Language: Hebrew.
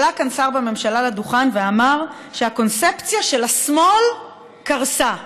עלה כאן שר בממשלה לדוכן ואמר שהקונספציה של השמאל קרסה.